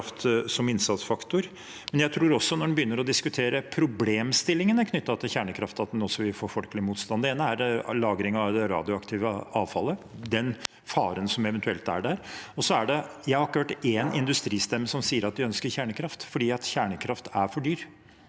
som innsatsfaktor. Men jeg tror, når en begynner å diskutere problemstillingene knyttet til kjernekraft, at en også vil få folkelig motstand. Det ene er lagring av det radioaktive avfallet og den faren som eventuelt er der, og jeg har ikke hørt én industristemme som sier at de ønsker kjernekraft, for kjernekraft er for dyrt.